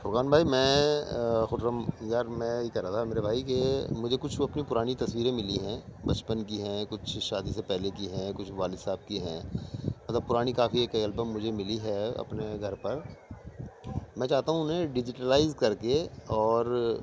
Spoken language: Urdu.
فرقان بھائی میں خرم یار میں یہ کہہ رہا تھا میرے بھائی کہ مجھے کچھ اپنی پرانی تصویریں ملی ہیں بچپن کی ہیں کچھ شادی سے پہلے کی ہیں کچھ والد صاحب کی ہیں مطلب پرانی کافی ایک البم مجھے ملی ہے اپنے گھر پر میں چاہتا ہوں انہیں ڈیجیٹلائز کر کے اور